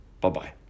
Bye-bye